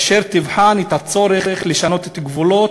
אשר תבחן את הצורך לשנות את גבולות